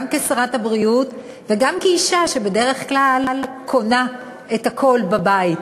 גם כשרת הבריאות וגם כאישה שבדרך כלל קונה את הכול בבית,